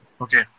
Okay